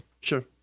Sure